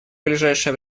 ближайшее